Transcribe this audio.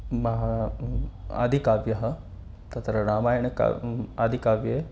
महा आदिकाव्यं तत्र रामायणकाव्ये आदिकाव्ये